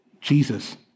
Jesus